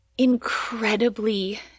incredibly